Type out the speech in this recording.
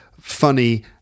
funny